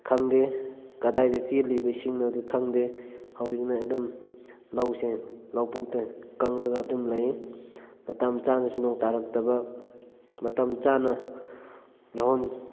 ꯈꯪꯗꯦ ꯀꯗꯥꯏꯗ ꯆꯦꯜꯂꯤꯕ ꯏꯁꯤꯡꯅꯣꯗꯣ ꯈꯪꯗꯦ ꯍꯧꯖꯤꯛꯅ ꯑꯗꯨꯝ ꯂꯧꯁꯦ ꯂꯧꯕꯨꯛꯇ ꯀꯪꯉꯒ ꯑꯗꯨꯝ ꯂꯩ ꯃꯇꯝ ꯆꯥꯅꯁꯨ ꯅꯣꯡ ꯇꯥꯔꯛꯇꯕ ꯃꯇꯝ ꯆꯥꯅ ꯂꯧꯍꯣꯟ